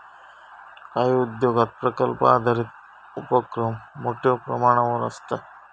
काही उद्योगांत प्रकल्प आधारित उपोक्रम मोठ्यो प्रमाणावर आसता